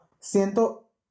siento